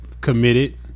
committed